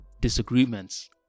disagreements